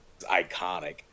iconic